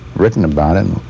written about it,